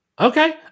Okay